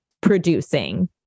producing